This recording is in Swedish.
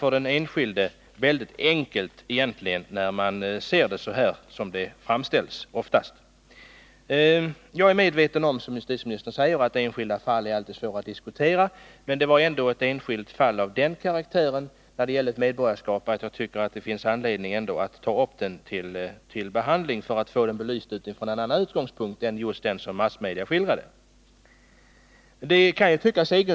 För den enskilde verkar lösningen mycket enkel när ärendet framställs på det sätt som oftast sker i massmedia. Jag är, som justitieministern förmodar, medveten om att enskilda fall alltid är svåra att diskutera. Men det aktuella fallet var av sådan karaktär — det gällde ändå ett medborgarskap — att jag tyckte att det fanns anledning att ta upp det till behandling för att få det belyst från en annan utgångspunkt än massmedias.